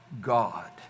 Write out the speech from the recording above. God